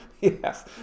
yes